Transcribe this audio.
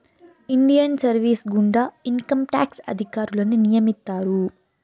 Indian service గుండా income tax అధికారులను నియమిత్తారు